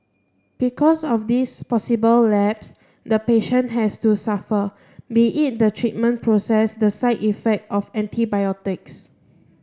because of this possible lapse the patient has to suffer be it the treatment process the side effect of antibiotics